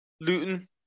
Luton